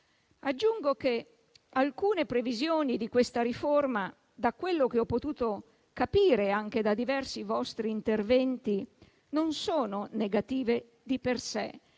Aggiungo che alcune previsioni di questa riforma, da quello che ho potuto capire anche da diversi vostri interventi, non sono negative di per sé.